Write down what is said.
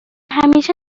همیشه